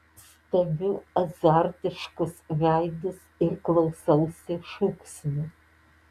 stebiu azartiškus veidus ir klausausi šūksnių